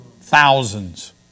Thousands